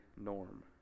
norm